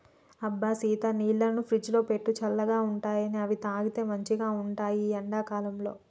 అబ్బ సీత నీళ్లను ఫ్రిజ్లో పెట్టు చల్లగా ఉంటాయిఅవి తాగితే మంచిగ ఉంటాయి ఈ ఎండా కాలంలో